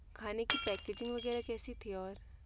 खाने की पैकेजिंग वग़ैरह कैसी थी और